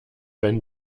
wenn